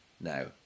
now